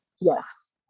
Yes